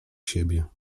siebie